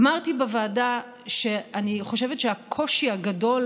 אמרתי בוועדה שאני חושבת שהקושי הגדול